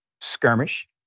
skirmish